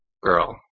Girl